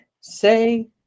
say